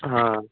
ହଁ